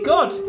God